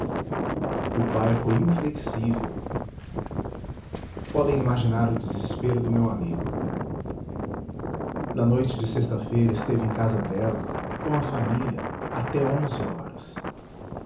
o pai foi inflexível podem imaginar o desespero do meu amigo na noite de sexta-feira esteve em casa dela com a família até onze horas